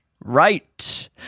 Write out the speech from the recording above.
Right